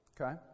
okay